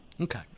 Okay